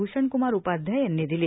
भूषणकूमार उपाध्याय यांनी दिली